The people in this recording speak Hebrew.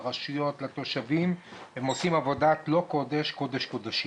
לרשויות ולתושבים והם עושים עבודת קודש קודשים.